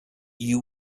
you